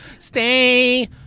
Stay